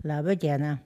labą dieną